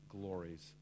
glories